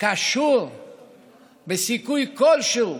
קשור בסיכוי כלשהו